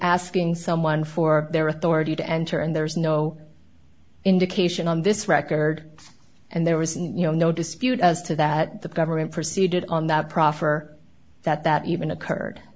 asking someone for their authority to enter and there's no indication on this record and there was no dispute as to that the government proceeded on that proffer that that even